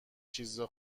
چیزا